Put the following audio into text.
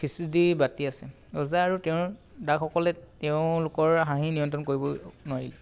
বাতি আছে ৰজা আৰু তেওঁৰ দাসসকলে তেওঁলোকৰ হাঁহি নিয়ন্ত্ৰণ কৰিব নোৱাৰিলে